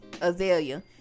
Azalea